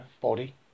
body